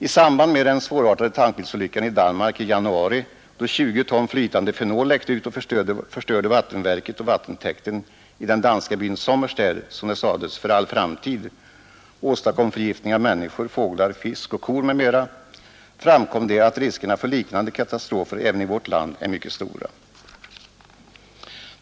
I samband med den svårartade tankbilsolyckan i Danmark i januari, då 20 ton flytande fenol läckte ut och förstörde vattenverket och vattentäkten i den danska byn Sommersted samt åstadkom förgiftning av människor, fåglar, fisk och kor m.m. framkom det att riskerna för liknande katastrofer även i vårt land är mycket stora.